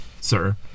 Sir